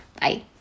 Bye